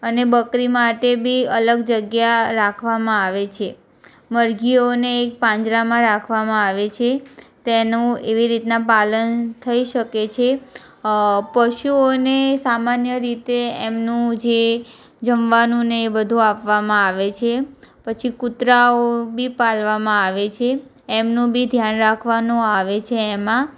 અને બકરી માટે બી અલગ જગ્યા રાખવામાં આવે છે મરઘીઓને એક પાંજરામાં રાખવામાં આવે છે તેનું એવી રીતના પાલન થઈ શકે છે પશુઓને સામાન્ય રીતે એમનું જે જમવાનું ને એ બધું આપવામાં આવે છે પછી કુતરાંઓ બી પાળવામાં આવે છે એમનું બી ધ્યાન રાખવાનું આવે છે એમાં